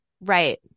Right